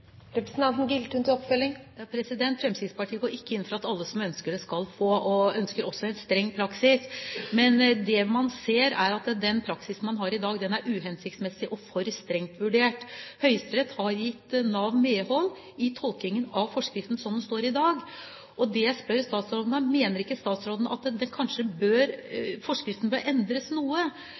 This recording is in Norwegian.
Fremskrittspartiet går ikke inn for at alle som ønsker det, skal få. Og vi ønsker også en streng praksis. Men det man ser, er at den praksisen man har i dag, er uhensiktsmessig og for streng. Høyesterett har gitt Nav medhold i tolkningen av forskriften som den står i dag. Og det jeg spør statsråden om, er: Mener ikke statsråden at forskriften kanskje bør endres noe? Juridisk sett er det korrekt det Nav gjør, men man bør